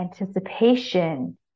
anticipation